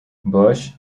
bush